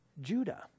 Judah